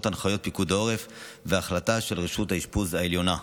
הנחיות פיקוד העורף וההחלטה של רשות האשפוז העליונה.